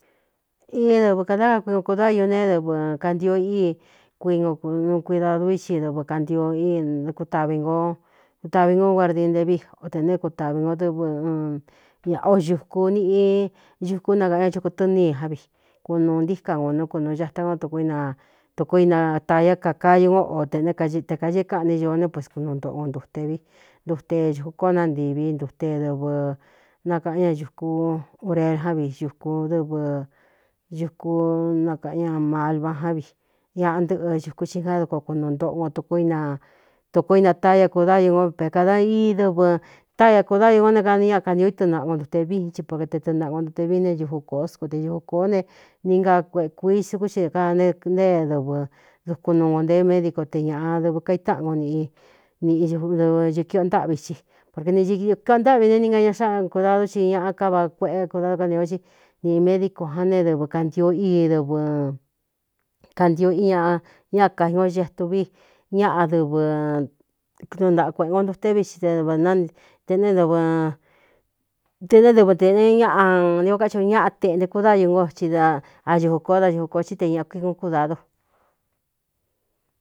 Ii dɨvɨ kādá kakui kun kudáyu neé dɨvɨ kantio í kuinu kunuu kuidadu i xi dɨvɨ kantio kutavi no kutavi ngó guardin ntevi o tē nēé kutaꞌvī ngó dɨvɨ ñaꞌa o ñūku niꞌi ñukú nakaꞌan ña chuku tɨ́ni i ján vi kunuu ntíka ngo nú kunūū ñata nkó tuku ina tūku inataiá kakayu ngó o tēꞌnéé kaɨte kañéé kaꞌni ñoó né puiskunuu ntoꞌo ngo ntute vi ntute ñūku kóꞌó na ntíví ntute dɨvɨ nakaꞌán ña ñūkú urer ján vi ñuku dɨvɨ ñuku nakaꞌan ña malvá ján vi ñaꞌa ntɨꞌɨ xūku xi já duko kunu ntoꞌo no k tuko ina ta ya kudáyu ngo pe kāda i dɨvɨ táaa kudáyu ngó ne kani ña kantio ítɨntaꞌa ngo ntute vin ci po ko te tɨɨntaꞌa ngo ntute vií ne ñuku kosko te ñuu kōó ne ninga kuekui sukú xid kane ntée dɨvɨ duku nuu ngō ntéé médico te ñāꞌa dɨvɨ kaítáꞌan nko niꞌi nꞌi dɨvɨ cūkiꞌo ntáꞌvi xí porke ni ikiu ki o ntáꞌvi ne ninga ña xáꞌa kuídadu chi ñaꞌa káva kueꞌe kudado kantio cí niꞌ medico jan neé dɨvɨ kantio ii dɨvɨ kantio i ñaꞌ ña kai ngo etu vi ñaꞌa dɨɨtɨntaꞌa kueꞌe ngo ndtuté vií xi te dɨvɨ teꞌne ɨteꞌnéé dɨvɨ tēꞌne ñaꞌa ni ó káci ñaꞌa teꞌnte kudáyu ngo ci da yūku kóó dañuku kō tí te ñꞌa kuikun kudadu.